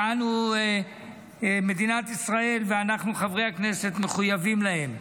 שאנו, מדינת ישראל וחברי הכנסת, מחויבים להם.